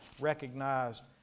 recognized